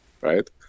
right